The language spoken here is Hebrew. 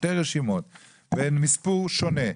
שתי רשימות עם מספור שונה.